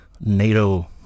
NATO